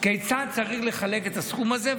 כיצד צריך לחלק את הסכום הזה.